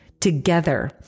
together